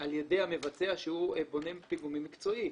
על ידי המבצע, שהוא בונה פיגומים מקצועי.